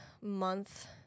month